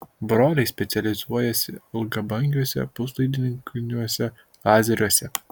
broliai specializuojasi ilgabangiuose puslaidininkiniuose lazeriuose